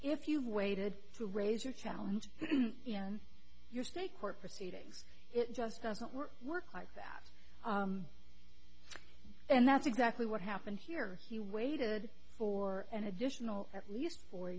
if you've waited to raise your challenge you know in your state court proceedings it just doesn't work work like that and that's exactly what happened here he waited for an additional at least four